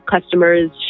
customers